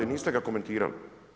Niste ga komentirali.